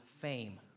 Fame